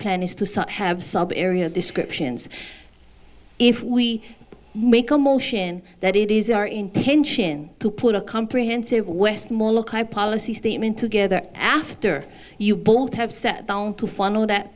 suck have sub area descriptions if we make a motion that it is our intention to put a comprehensive westmore loci policy statement together after you both have sat down to follow that